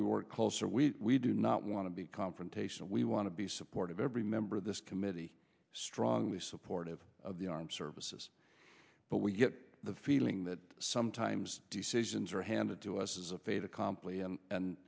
we were closer we do not want to be confrontational we want to be supportive every member of the committee strongly supportive of the armed services but we get the feeling that sometimes decisions are handed to us as a fait accompli and